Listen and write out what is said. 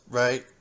right